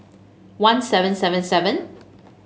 one seven seven seven